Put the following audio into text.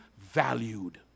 valued